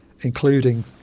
including